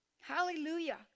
hallelujah